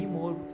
more